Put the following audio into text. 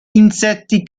insetti